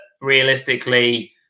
realistically